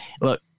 look